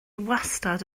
wastad